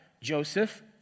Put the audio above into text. Joseph